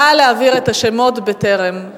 נא להעביר את השמות בטרם,